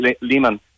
Lehman